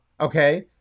okay